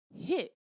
hit